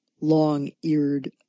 long-eared